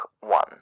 one